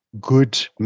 good